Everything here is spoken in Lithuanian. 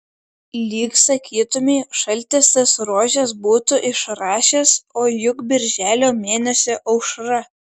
lyg sakytumei šaltis tas rožes būtų išrašęs o juk birželio mėnesio aušra